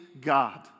God